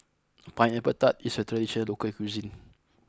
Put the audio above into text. Pineapple Tart is a traditional local cuisine